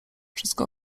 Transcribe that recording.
wszystko